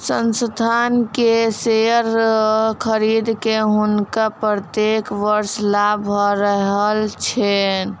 संस्थान के शेयर खरीद के हुनका प्रत्येक वर्ष लाभ भ रहल छैन